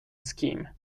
scheme